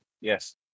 yes